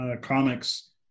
comics